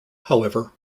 however